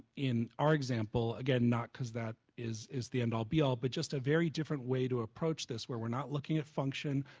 in our example, again not because that is is the end all be all but just a very different way to approach this where we're not looking at function,